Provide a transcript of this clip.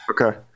Okay